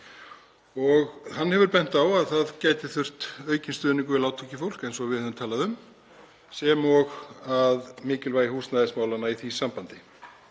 og hann hefur bent á að það gæti þurft aukinn stuðning við lágtekjufólk, eins og við höfum talað um, sem og á mikilvægi húsnæðismálanna í því sambandi.